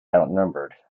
outnumbered